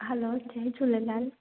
hello जय झूलेलाल